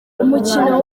umukino